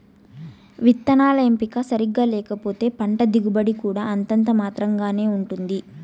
విత్తనాల ఎంపిక సరిగ్గా లేకపోతే పంట దిగుబడి కూడా అంతంత మాత్రం గానే ఉంటుంది